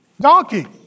donkey